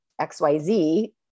XYZ